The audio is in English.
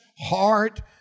heart